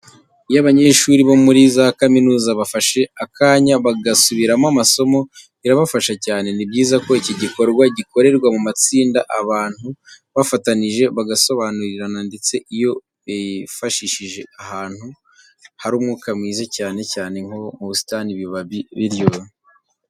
Iyo abanyeshuri bo muri za kaminuza bafashe akanya bagasubiramo amasomo birabafasha cyane. Ni byiza ko iki gikorwa gikorerwa mu matsinda abantu bafatanije bagasobanurirana ndetse iyo bifashishije ahantu hari umwuka mwiza, cyane cyane nko mu busitani biba biryoshye.